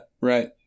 right